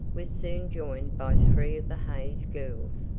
was soon joined by three of the hays girls,